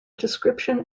description